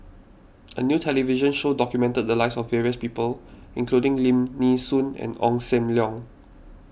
a new television show documented the lives of various people including Lim Nee Soon and Ong Sam Leong